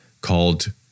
called